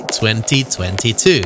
2022